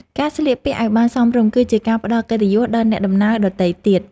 ការស្លៀកពាក់ឱ្យបានសមរម្យ គឺជាការផ្តល់កិត្តិយសដល់អ្នកដំណើរដទៃទៀត។